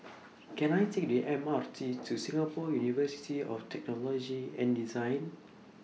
Can I Take The M R T to Singapore University of Technology and Design